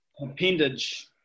appendage